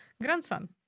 grandson